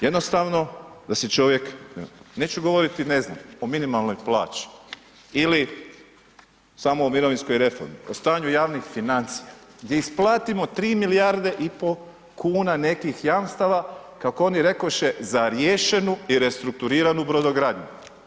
Jednostavno da se čovjek, neću govoriti ne znam o minimalnoj plaći ili samo o mirovinskoj reformi, o stanju javnih financija da isplatimo 3 milijarde i pol kuna nekih jamstava kako oni rekoše za riješenu i restrukturiranu brodogradnju.